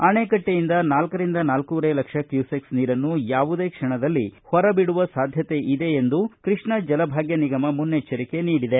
ಅಣೆಕಟ್ಟೆಯಿಂದ ನಾಲ್ಕರಿಂದ ನಾಲ್ಕೂವರೆ ಲಕ್ಷ ಕ್ಯೂಸೆಕ್ ನೀರನ್ನು ಯಾವುದೇ ಕ್ಷಣದಲ್ಲಿ ಹೊರಬಿಡುವ ಸಾಧ್ಯತೆ ಇದೆ ಎಂದು ಕೃಷ್ಣ ಜಲ ಭಾಗ್ಯ ನಿಗಮ ಮುನ್ನೆಚ್ಚರಿಕೆ ನೀಡಿದೆ